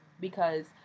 because-